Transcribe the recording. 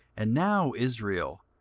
and now, israel,